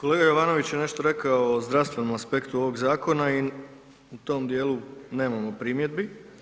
Kolega Jovanović je nešto rekao o zdravstvenom aspektu ovog zakona i u tom dijelu nemamo primjedbi.